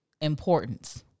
Importance